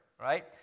right